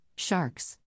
Sharks